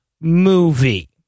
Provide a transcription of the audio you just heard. movie